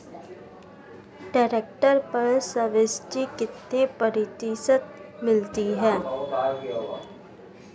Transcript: Tractor पर subsidy कितने प्रतिशत मिलती है?